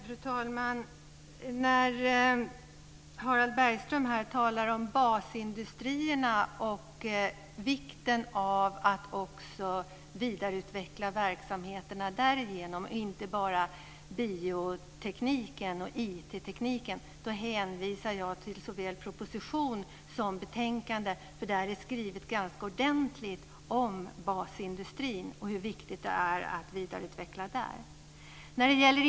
Fru talman! När Harald Bergström här talar om basindustrierna och vikten av att också vidareutveckla verksamheterna därigenom, inte bara biotekniken och IT-tekniken, hänvisar jag till såväl proposition som betänkande, för där är skrivet ganska ordentligt om basindustrin och hur viktigt det är att vidareutveckla där.